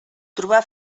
trobà